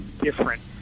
different